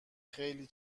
خیلی